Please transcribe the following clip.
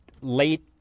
late